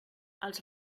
els